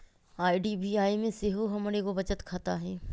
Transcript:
IDBI में सेहो हमर एगो बचत खता हइ